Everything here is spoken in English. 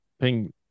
ping